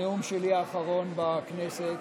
הנאום האחרון שלי בכנסת,